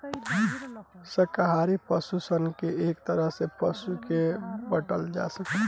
शाकाहारी पशु सन के एक तरह के पशु में बाँटल जा सकेला